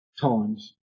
times